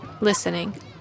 listening